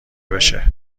بشه